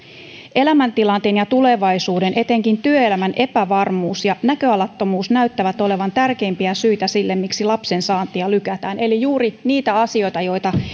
elämäntilanteen ja tulevaisuuden etenkin työelämän epävarmuus ja näköalattomuus näyttävät olevan tärkeimpiä syitä sille miksi lapsen saantia lykätään eli juuri niitä asioita joita